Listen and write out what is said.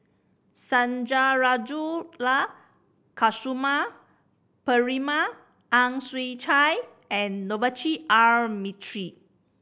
Sundarajulu Lakshmana Perumal Ang Chwee Chai and Navroji R Mistri